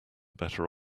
better